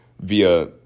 via